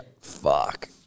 Fuck